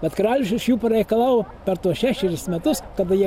bet karalius iš jų pareikalavo per tuos šešeris metus kada jie